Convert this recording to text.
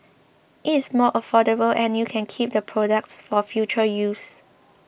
it is more affordable and you can keep the products for future use